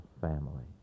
family